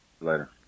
Later